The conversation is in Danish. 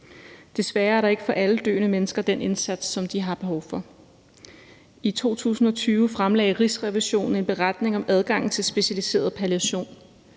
Desværre er der ikke for alle døende mennesker den indsats, som de har behov for. I 2020 fremlagde Rigsrevisionen en beretning om adgangen til specialiseret palliation.